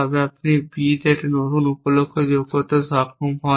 যদি B একটি নতুন উপ লক্ষ্য যোগ করতে সক্ষম হয়